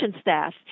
staff